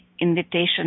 invitation